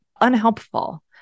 unhelpful